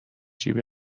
جیب